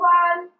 one